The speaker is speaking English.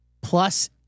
Plus